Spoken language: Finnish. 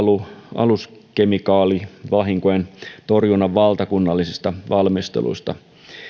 aluskemikaalivahinkojen torjunnan valtakunnallisista valmisteluista